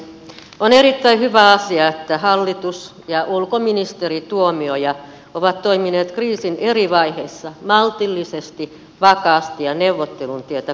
on erittäin hyvä asia että hallitus ja ulkoministeri tuomioja ovat toimineet kriisin eri vaiheissa maltillisesti vakaasti ja neuvottelun tietä korostaen